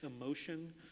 emotion